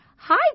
Hi